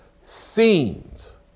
scenes